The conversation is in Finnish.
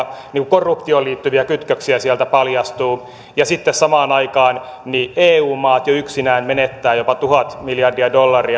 korruptioon liittyviä kytköksiä sieltä paljastuu sitten samaan aikaan eu maat jo yksinään menettävät jopa tuhat miljardia